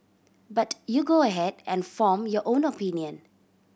but you go ahead and form your own opinion